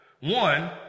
One